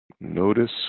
Notice